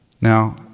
Now